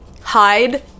hide